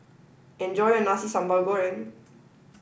enjoy your Nasi Sambal Goreng